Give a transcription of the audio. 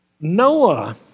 Noah